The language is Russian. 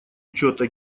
учета